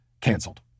canceled